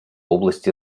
области